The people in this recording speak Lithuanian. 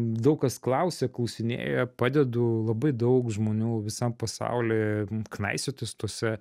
daug kas klausia klausinėja padedu labai daug žmonių visam pasauly knaisiotis tuose